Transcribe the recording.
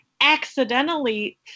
accidentally